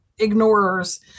ignorers